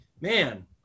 man